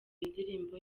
indirimbo